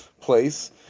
place